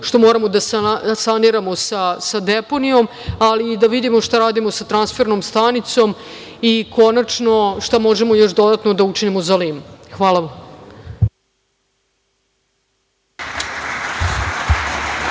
što moramo da saniramo sa deponijom, ali i da vidimo šta radimo sa transfernom stanicom i šta možemo još dodatno da učinimo za Lim. Hvala